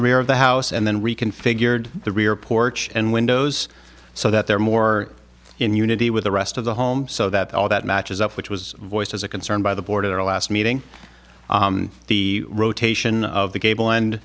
rear of the house and then reconfigured the rear porch and windows so that they're more in unity with the rest of the home so that all that matches up which was voiced as a concern by the board of their last meeting the rotation of the gable end